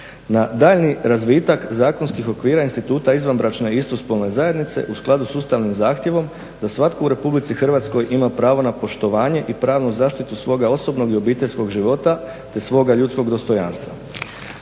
na daljnji razvitak zakonskih okvira instituta izvanbračne i istospolne zajednice u skladu sa ustavnim zahtjevom da svatko u RH ima pravo na poštovanje i pravnu zaštitu svoga osobnog i obiteljskog života te svoga ljudskog dostojanstva".